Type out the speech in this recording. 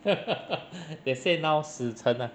they said now 死城 ah